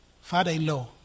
father-in-law